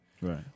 Right